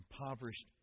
impoverished